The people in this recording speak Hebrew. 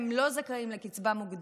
הם לא זכאים לקצבה מוגדלת.